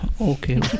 Okay